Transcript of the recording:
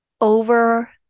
over